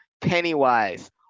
Pennywise